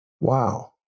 Wow